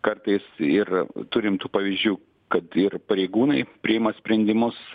kartais ir turim tų pavyzdžių kad ir pareigūnai priima sprendimus